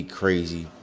crazy